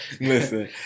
Listen